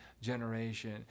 generation